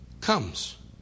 comes